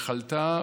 חלתה,